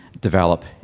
develop